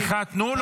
סליחה, תנו לו.